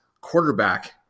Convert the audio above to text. quarterback